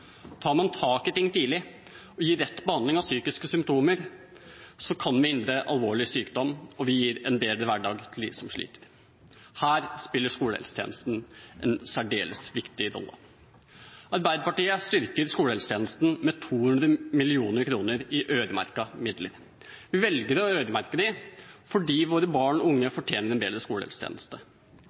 Tar man tak i ting tidlig og gir rett behandling av psykiske symptomer, kan vi hindre alvorlig sykdom og gi en bedre hverdag til dem som sliter. Her spiller skolehelsetjenesten en særdeles viktig rolle. Arbeiderpartiet styrker skolehelsetjenesten med 200 mill. kr i øremerkede midler. Vi velger å øremerke dem fordi våre barn og unge fortjener en bedre skolehelsetjeneste.